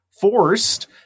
forced